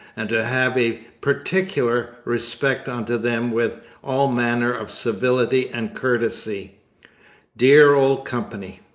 and to have a particular respect unto them with all manner of civility and courtesy dear old company!